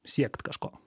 siekt kažko